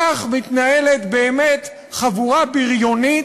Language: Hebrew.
כך מתנהלת באמת חבורה בריונית,